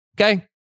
Okay